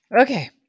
Okay